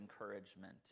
encouragement